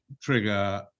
trigger